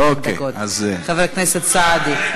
חבר הכנסת סעדי.